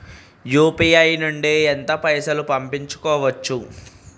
UPI నుండి ఎంత పైసల్ పంపుకోవచ్చు?